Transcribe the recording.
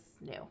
new